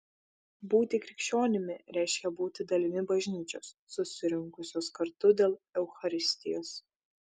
būti krikščionimi reiškia būti dalimi bažnyčios susirinkusios kartu dėl eucharistijos